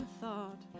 thought